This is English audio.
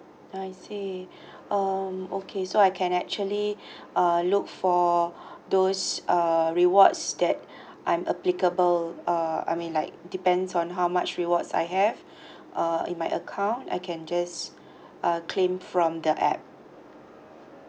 I see um okay so I can actually uh look for those uh rewards that I'm applicable uh I mean like depends on how much rewards I have uh in my account I can just uh claim from the app